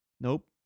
nope